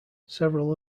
several